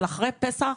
אבל אחרי פסח,